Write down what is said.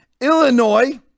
Illinois